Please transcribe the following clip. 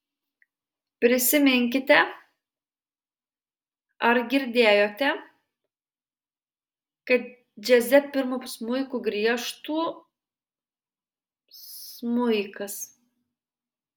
prisiminkite ar girdėjote kad džiaze pirmu smuiku griežtų smuikas